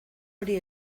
hori